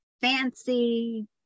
fancy